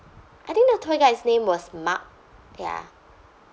I think the tour guide's name was mark ya